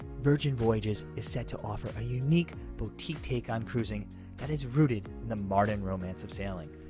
virgin voyages is set to offer a unique, boutique take on cruising that is rooted in the modern romance of sailing.